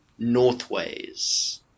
northways